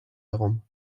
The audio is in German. herum